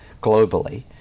globally